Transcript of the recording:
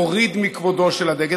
זה מוריד מכבודו של הדגל.